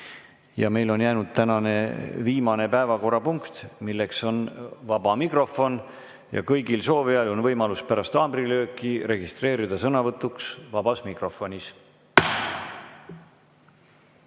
Ja meil on jäänud tänane viimane päevakorrapunkt, milleks on vaba mikrofon. Kõigil soovijail on võimalus pärast haamrilööki registreeruda sõnavõtuks vabas mikrofonis.